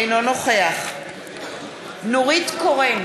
אינו נוכח נורית קורן,